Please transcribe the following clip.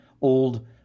old